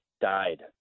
died